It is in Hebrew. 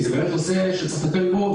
כי זה באמת נושא שצריך לטפל בו,